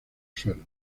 suelo